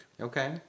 Okay